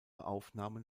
aufnahmen